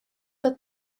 tat